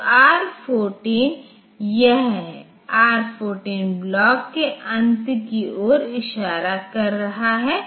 यह हमें कुछ विचार देता है कि डेटा के इस बड़े ब्लॉक को कैसे स्थानांतरित किया जा सकता है